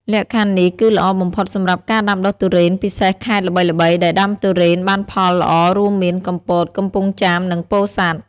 លក្ខខណ្ឌនេះគឺល្អបំផុតសម្រាប់ការដាំដុះទុរេន ពិសេសខេត្តល្បីៗដែលដាំទុរេនបានផលល្អរួមមាន កំពត កំពង់ចាម និងពោធិ៍សាត់។